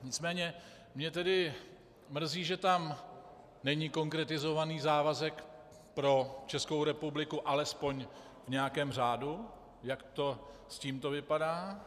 Nicméně mě tedy mrzí, že tam není konkretizovaný závazek pro Českou republiku alespoň v nějakém řádu, jak to s tímto vypadá.